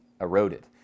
eroded